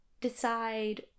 decide